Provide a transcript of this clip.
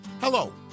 Hello